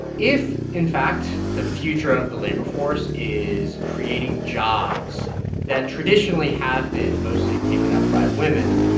if, in fact, the future of the labor force is creating jobs that traditionally have been mostly taken up by women,